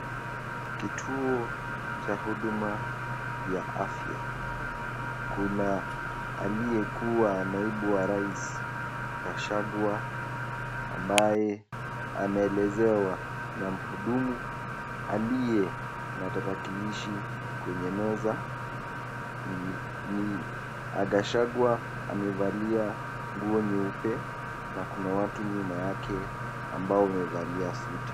Kituo cha huduma ya afya. Kuna aliyekuwa naibu wa rais Gachagua ambaye anaelezewa na mhudumu aliye na tarakilishi kwenye meza ni Gachagua amevalia nguo nyeupe na kuna watu nyuma yake ambao wamevalia suti.